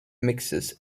mixes